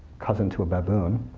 cousin to a baboon,